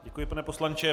Děkuji, pane poslanče.